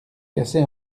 cassez